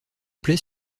plait